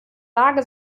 lage